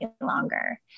longer